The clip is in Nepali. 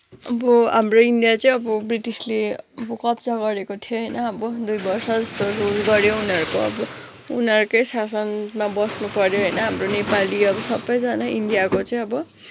अब हाम्रो इन्डिया चाहिँ अब ब्रिटिसले अब कब्जा गरेको थियो होइन अब दुई वर्ष जस्तो रुल गऱ्यो अब उनीहरूको अब उनीहरूकै शासनमा बस्नुपऱ्यो होइन हाम्रो नेपाली अब सबैजना इन्डियाको चाहिँ अब